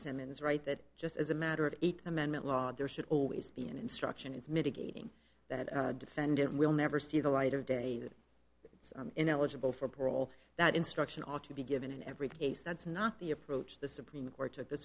simmons right that just as a matter of amendment law there should always be an instruction is mitigating that a defendant will never see the light of day that it's in eligible for parole that instruction ought to be given in every case that's not the approach the supreme court of the